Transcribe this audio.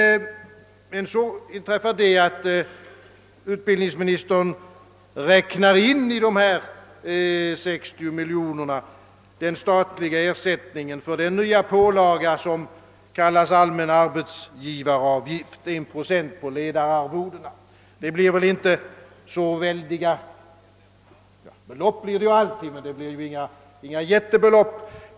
Men så inträffar det att utbildningsministern i dessa 60 miljoner kronor räknar in den statliga ersättningen för den nya pålaga som kallas allmän arbetsgivaravgift och som utgår med 1 procent på ledararvodena. Det blir inga jättebelopp men dock kännbara summor.